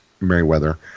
Meriwether